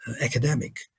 academic